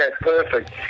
perfect